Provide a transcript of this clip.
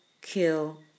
kill